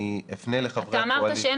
אני אפנה לחברי הקואליציה --- אתה אמרת שאין